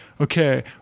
okay –